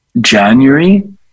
January